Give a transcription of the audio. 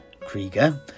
Krieger